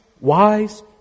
wise